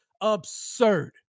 absurd